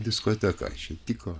diskoteka čia tiko